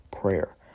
prayer